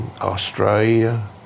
australia